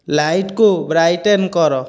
ଲାଇଟ୍କୁ brighten କର